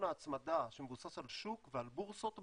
ההצמדה שמבוסס על שוק ועל בורסות בעולם,